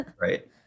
Right